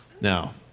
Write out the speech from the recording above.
Now